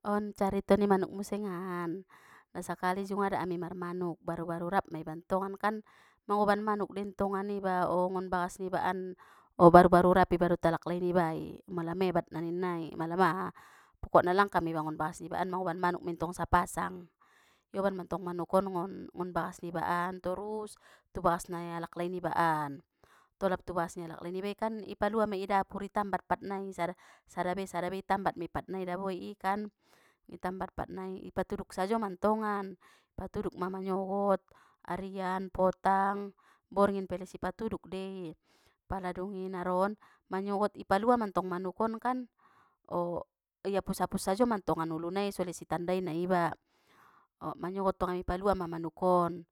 On carito ni manuk musengan, nasakali jungada ami marmanus baru baru rap miba tongankan, mangoban manuk den tongan iba nggon bagas niba an, baru baru rap iba dot alaklai niba i, mala mebat naninna i mala aha pokokna langka miba an nggon bagas niba an mangoban manuk mentong sapasang, ioban mantong manukon nggon, nggon bagas niba i torus tu bagas ni alak lai niba an, tolap tu bagas ni alaklai nibai kan i palua mei i dapuri tambat pat nai sada- sadabe sadabe i tambat mei patnai daboi kan, i patuduk sajo mantongan patuduk ma manyogot, arian, potang borngin pe les i patuduk dei, pala dungi naron manyogot i palua mantong manuk on kan!, iapus apuskon sajo mantongkan ulu nai so les les itandaina iba, manyogot tong ami palua ma manukon,